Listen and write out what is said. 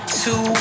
two